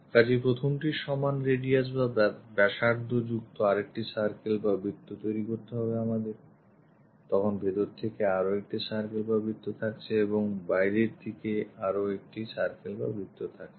কাজেই প্রথমটির সমান radius বা ব্যাসার্ধ যুক্ত আরেকটি circle বা বৃত্ত তৈরী করতে হবে আমাদের তখন ভেতর দিক থেকে আরও একটি circle বা বৃত্ত থাকছে এবং বাইরের দিকে আরও একটি circle বা বৃত্ত থাকছে